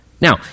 Now